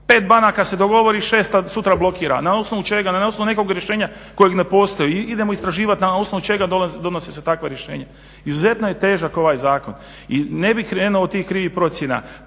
5 banaka se dogovori šesta sutra blokira. Na osnovu čega? Na osnovu nekog rješenja koje ne postoji. Idemo istraživati na osnovu čega donose se takva rješenja. Izuzetno je težak ovaj zakon i ne bih krenuo od tih krivih procjena.